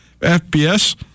FBS